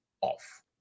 off